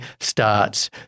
starts